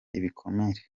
ibikomere